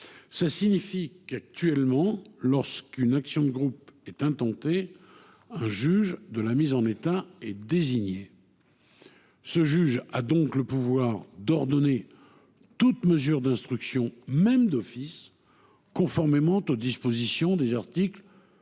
Cela signifie qu’actuellement, lorsqu’une action de groupe est intentée, un juge de la mise en état est désigné. Ce juge a le pouvoir d’ordonner, même d’office, toute mesure d’instruction qu’il juge utile, conformément aux dispositions des articles 789 et